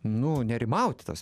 nu nerimauti tas